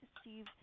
Steve